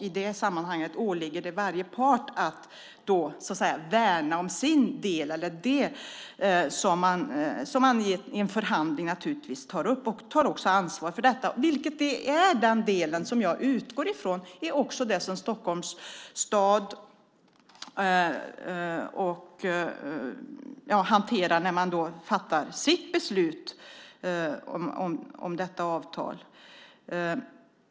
I det sammanhanget åligger det varje part att värna om sin del eller det som man i en förhandling tar upp och också tar ansvar för. Det är den delen som jag utgår ifrån. Det är också det som Stockholms stad hanterar när man fattar sitt beslut om detta avtal.